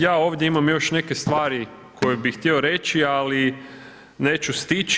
Ja ovdje imam još neke stvari koje bih htio reći, ali neću stići.